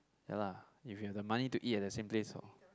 ya lah if you have the money to eat at the same place lor